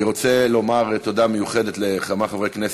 אני רוצה לומר תודה מיוחדת לכמה חברי כנסת,